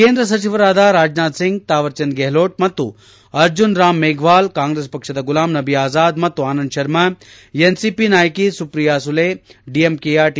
ಕೇಂದ್ರ ಸಚಿವರಾದ ರಾಜನಾಥ್ಸಿಂಗ್ ಥಾವರ್ ಚಂದ್ ಗೆಹ್ಲೋಟ್ ಮತ್ತು ಅರ್ಜುನ್ ರಾಮ್ ಮೇಫ್ವಾಲ್ ಕಾಂಗ್ರೆಸ್ ಪಕ್ಷದ ಗುಲಾಂನಬಿ ಅಜಾದ್ ಮತ್ತು ಆನಂದ ಶರ್ಮ ಎನ್ಸಿಪಿ ನಾಯಕಿ ಸುಪ್ರೀಯಾ ಸುಲೆ ಡಿಎಂಕೆಯ ಟಿ